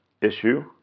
issue